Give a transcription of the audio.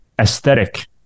aesthetic